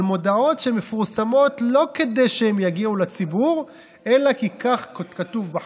על מודעות שמפורסמות לא כדי שהן יגיעו לציבור אלא כי כך כתוב בחוק,